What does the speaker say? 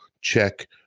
check